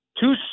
Two